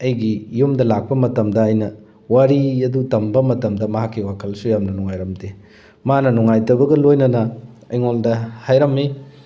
ꯑꯩꯒꯤ ꯌꯨꯝꯗ ꯂꯥꯛꯄ ꯃꯇꯝꯗ ꯑꯩꯅ ꯋꯥꯔꯤ ꯑꯗꯨ ꯇꯝꯕ ꯃꯇꯝꯗ ꯃꯍꯥꯛꯀꯤ ꯋꯥꯈꯜꯁꯨ ꯌꯥꯝꯅ ꯅꯨꯡꯉꯥꯏꯔꯝꯗꯦ ꯃꯥꯅ ꯅꯨꯡꯉꯥꯏꯇꯕꯒ ꯂꯣꯏꯅꯅ ꯑꯩꯉꯣꯟꯗ ꯍꯥꯏꯔꯝꯃꯤ